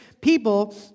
people